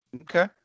Okay